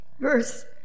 verse